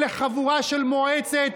אלה חבורה של מועצת